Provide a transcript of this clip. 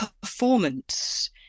performance